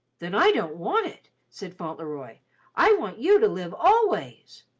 then i don't want it, said fauntleroy i want you to live always.